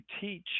teach